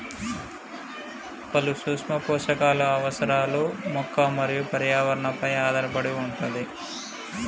పలు సూక్ష్మ పోషకాలు అవసరాలు మొక్క మరియు పర్యావరణ పై ఆధారపడి వుంటది